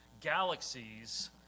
galaxies